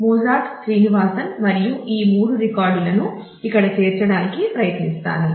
Mozart మరియు ఈ 3 రికార్డులను ఇక్కడ చేర్చడానికి ప్రయత్నిస్తాను